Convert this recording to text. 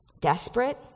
desperate